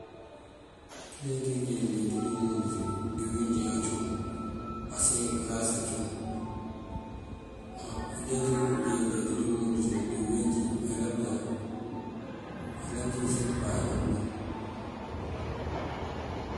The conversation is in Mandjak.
Këleenţ ngí jee ngëleenţ dí umúndu ţí dí uwínjí acum parësëk ngërása cum. Ngëleenţ dí umúndu ţí dí uwínjí mayëlan pëjá ayëlan cí useent páaj ná puloŋ.